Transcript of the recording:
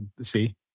See